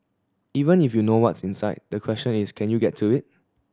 even if you know what's inside the question is can you get to it